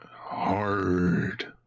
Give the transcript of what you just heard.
HARD